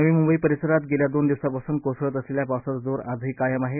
नवी मुंबई परिसरात गेल्या दोन दिवसांपासून कोसळत असलेल्या पावसाचा जोर आजही कायम आहे